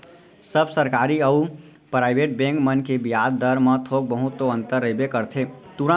सब सरकारी अउ private bank मन के बियाज दर म थोक बहुत तो अंतर रहिबे करथे